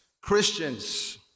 Christians